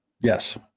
Yes